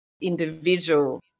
individual